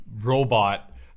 robot